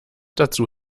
dazu